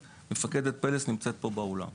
ומפקדת פלס נמצאת פה באולם.